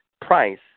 price